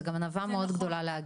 שזו גם ענווה מאוד גדולה.